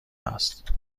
است